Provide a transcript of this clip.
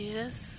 Yes